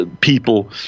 people